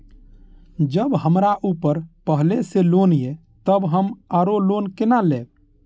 जब हमरा ऊपर पहले से लोन ये तब हम आरो लोन केना लैब?